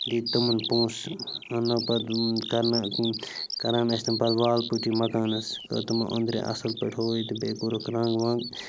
دِتۍ تِمَن پونٛسہٕ اَننٲو پَتہٕ کَرنٲو کران ٲسۍ تِم پَتہٕ وال پُٹی مکانَس کٔر تِمَو أنٛدرِ اَصٕل پٲٹھۍ ہُہ یہِ تہٕ بیٚیہِ کوٚرُکھ رَنٛگ وَنٛگ